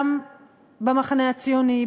גם במחנה הציוני,